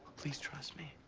please trust me.